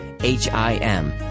h-i-m